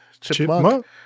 chipmunk